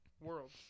world